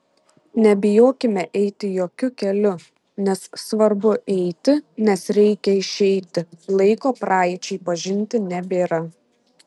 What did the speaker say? nebijokime eiti jokiu keliu nes svarbu eiti nes reikia išeiti laiko praeičiai pažinti nebėra